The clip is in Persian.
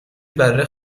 بره